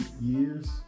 years